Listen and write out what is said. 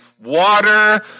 water